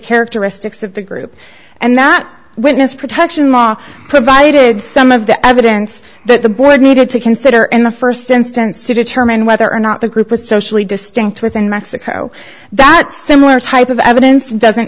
characteristics of the group and that witness protection law provided some of the evidence that the board needed to consider in the st instance to determine whether or not the group was socially distinct within mexico that similar type of evidence doesn't